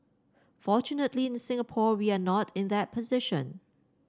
fortunately in Singapore we are not in that position